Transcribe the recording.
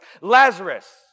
Lazarus